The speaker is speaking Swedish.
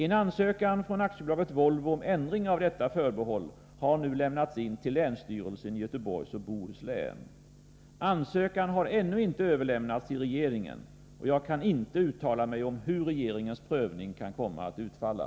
En ansökan från AB Volvo om ändring av detta förbehåll har lämnats in till länsstyrelsen i Göteborgs och Bohus län. Ansökan har ännu inte överlämnats till regeringen. Jag kan inte uttala mig om hur regeringens prövning kan komma att utfalla.